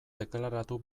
deklaratu